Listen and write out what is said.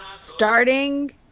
Starting